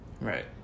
right